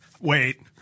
wait